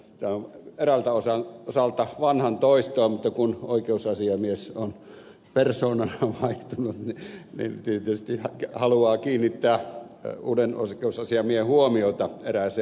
tämä on eräältä osalta vanhan toistoa mutta kun oikeusasiamies on persoonana vaihtunut niin tietysti sitä haluaa kiinnittää uuden oikeusasiamiehen huomiota erääseen näkökohtaan